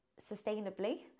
sustainably